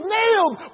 nailed